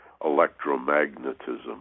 electromagnetism